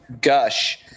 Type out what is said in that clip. gush